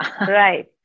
right